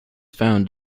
found